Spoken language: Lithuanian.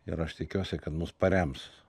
ir aš tikiuosi kad mus parems